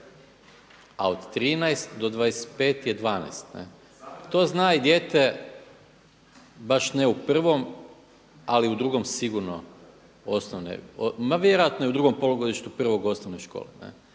a od 13 do 25 je 12, to zna i dijete baš ne u prvom, ali u drugom sigurno osnovne, ma vjerojatno i u drugom polugodištu prvog osnovne škole.